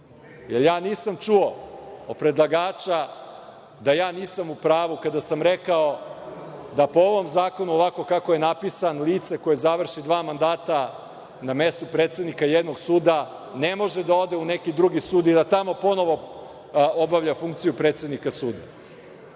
puta. Nisam čuo od predlagača da nisam u pravu kada sam rekao da po ovom zakonu, ovako kako je napisan, lice koje završi dva mandata na mestu predsednika jednog suda, ne može da ode u neki drugi sud i da tamo ponovo obavlja funkciju predsednika suda,